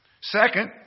Second